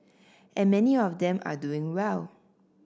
and many of them are doing well